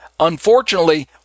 Unfortunately